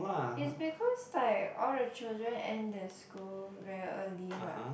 it's because like all the children end their school very early what